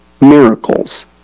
miracles